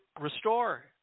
restore